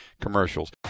commercials